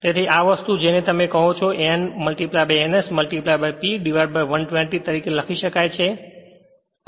તેથી આ વસ્તુ જેને તમે કહો છો તે n ns P 120 તરીકે લખી શકાય છે